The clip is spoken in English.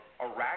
Iraq